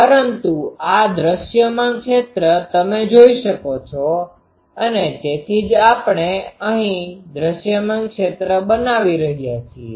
પરંતુ આ દૃશ્યમાન ક્ષેત્ર તમે જોઈ શકો છો અને તેથી જ આપણે અહીં દૃશ્યમાન ક્ષેત્ર બનાવી રહ્યા છીએ